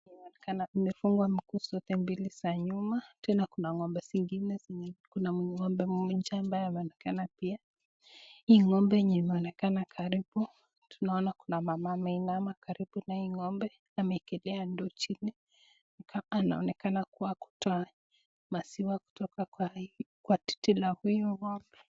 Inaonekana imefungwa miguu zote mbili za nyuma, tena kuna ng'ombe zingine zenye kuna ng'ombe moja ambaye anaonekana pia, hii ng'ombe yenye imeonekana karibu tunaona kuna mama ameinama karibu na hii ng'ombe, ameekelea ndoo chini, ni kama anaonekana kutoa mzaiwa kwa titi la huyu ng'ombe.